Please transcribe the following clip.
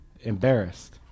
Embarrassed